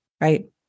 right